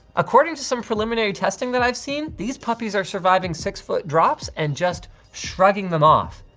according to some preliminary testing that i've seen, these puppies are surviving six-foot drops and just shrugging them off.